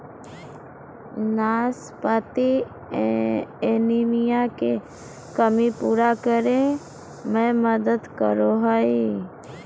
नाशपाती एनीमिया के कमी पूरा करै में मदद करो हइ